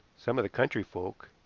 some of the country folk,